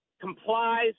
complies